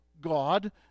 God